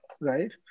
right